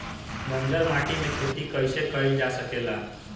बंजर माटी में खेती कईसे कईल जा सकेला?